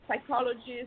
psychologists